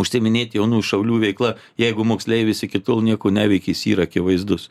užsiiminėti jaunųjų šaulių veikla jeigu moksleivis iki tol nieko neveikė jis yra akivaizdus